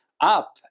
up